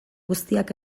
guztiak